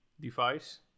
device